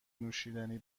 نوشیدنی